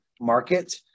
market